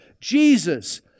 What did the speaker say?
Jesus